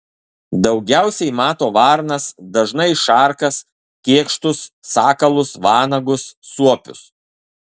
daugiausiai mato varnas dažnai šarkas kėkštus sakalus vanagus suopius